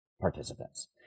participants